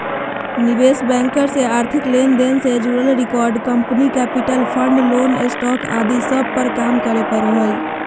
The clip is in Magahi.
निवेश बैंकर के आर्थिक लेन देन से जुड़ल record, company capital, fund, loan, stock आदि सब पर काम करे पड़ो हय